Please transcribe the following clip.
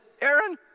Aaron